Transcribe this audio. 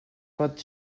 pot